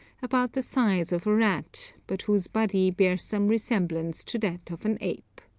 about the size of a rat, but whose body bears some resemblance to that of an ape.